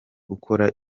ukora